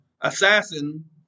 assassin